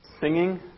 singing